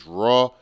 raw